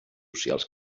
socials